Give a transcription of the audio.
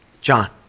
John